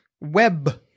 Web